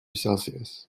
celsius